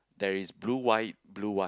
there is blue white blue white